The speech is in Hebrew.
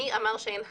מי אמר שאין הדתה.